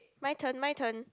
my turn my turn